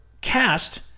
cast